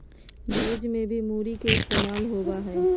भेज में भी मूरी के इस्तेमाल होबा हई